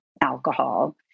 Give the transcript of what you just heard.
alcohol